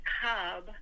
hub